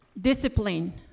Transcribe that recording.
Discipline